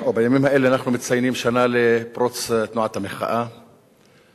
בימים האלה אנחנו מציינים שנה לפרוץ תנועת המחאה בישראל,